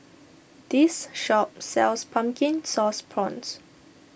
this shop sells Pumpkin Sauce Prawns